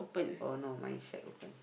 oh no mine shack open